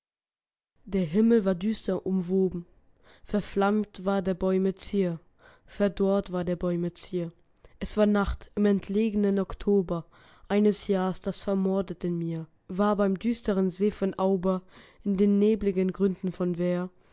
der himmel war düster umwoben verflammt war der bäume zier verdorrt war der bäume zier es war nacht im entlegnen oktober eines jahrs das vermodert in mir war beim düsteren see von auber in den nebligen gründen von weir